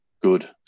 good